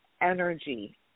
energy